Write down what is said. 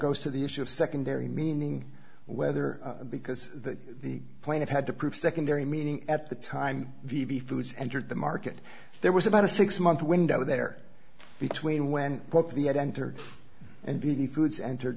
goes to the issue of secondary meaning whether because that the plane it had to prove secondary meaning at the time v b foods entered the market there was about a six month window there between when the ad entered and beauty foods enter